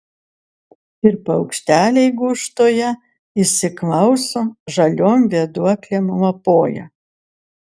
ir paukšteliai gūžtoje įsiklauso žaliom vėduoklėm lapoja